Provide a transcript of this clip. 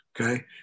Okay